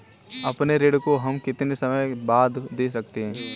अपने ऋण को हम कितने समय बाद दे सकते हैं?